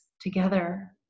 together